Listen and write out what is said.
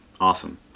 Awesome